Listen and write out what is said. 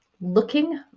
looking